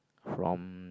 from